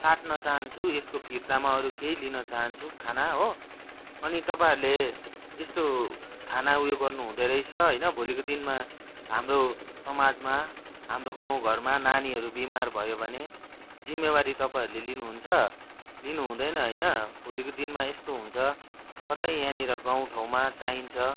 साट्न चाहन्छु यसको फिर्तामा अरू केही लिन चाहन्छु खाना हो अनि तपाईँहरूले यस्तो खाना उयो गर्नुहुँदो रहेछ होइन भोलिको दिनमा हाम्रो समाजमा हाम्रो गाउँघरमा नानीहरू बिमार भयो भने जिम्मेवारी तपाईँहरूले लिनुहुन्छ लिनुहुँदैन होइन भोलिको दिनमा यस्तो हुन्छ कतै यहाँनिर गाउँठाउँमा चाहिन्छ